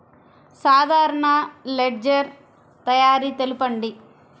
సాధారణ లెడ్జెర్ తయారి తెలుపండి?